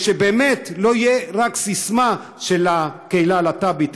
שבאמת לא תהיה רק ססמה של הקהילה הלהט"בית,